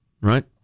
Right